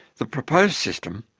the proposed system,